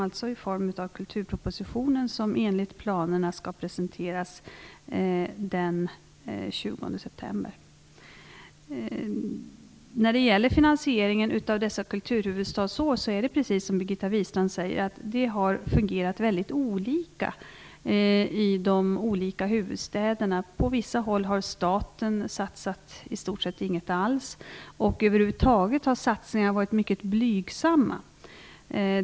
Det sker i form av kulturpropositionen som enligt planerna skall presenteras den 20 september. När det gäller finansieringen av dessa kulturhuvudstadsår är det precis som Birgitta Wistrand säger. Det har fungerat väldigt olika i de olika huvudstäderna. På vissa håll har staten satsat i stort sett inget alls, och satsningarna har över huvud taget varit blygsamma.